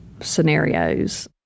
scenarios